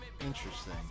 Interesting